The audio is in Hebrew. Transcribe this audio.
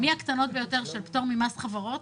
כדי להגדיל את התשואה וכדי שתהיה מוטיבציה ליזמים שמטרתם רווח,